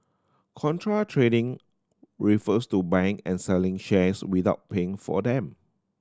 contra trading refers to buying and selling shares without paying for them